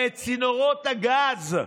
ואת צינורות הגז.